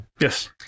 yes